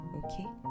okay